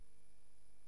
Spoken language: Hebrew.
סדר-היום.